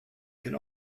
can